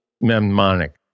mnemonic